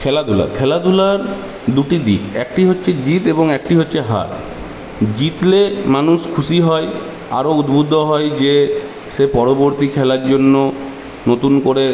খেলাধুলা খেলাধুলার দুটি দিক একটি হচ্ছে জিত এবং একটি হচ্ছে হার জিতলে মানুষ খুশি হয় আরও উদ্বুদ্ধ হয় যে সে পরবর্তী খেলার জন্য নতুন করে